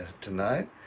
tonight